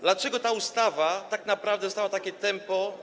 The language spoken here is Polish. Dlaczego ta ustawa tak naprawdę dostała takie tempo?